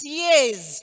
years